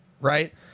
right